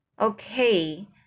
okay